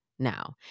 now